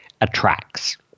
attracts